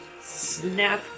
Snap